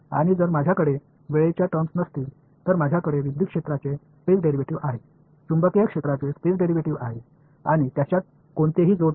आणि जर माझ्याकडे वेळेच्या टर्म्स नसतील तर माझ्याकडे विद्युत क्षेत्राचे स्पेस डेरिव्हेटिव्ह आहे चुंबकीय क्षेत्राचे स्पेस डेरिव्हेटिव्ह आहे आणि त्यांच्यात कोणतेही जोड नाही